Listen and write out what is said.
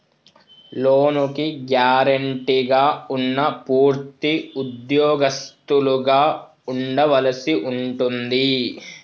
లోనుకి గ్యారెంటీగా ఉన్నా పూర్తి ఉద్యోగస్తులుగా ఉండవలసి ఉంటుంది